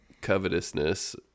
covetousness